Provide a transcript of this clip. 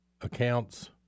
accounts